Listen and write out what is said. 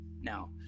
now